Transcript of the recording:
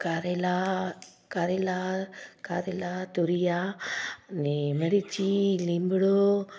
करेला करेला करेला तूरी आहे अने मिर्ची लीमणो